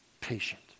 Patient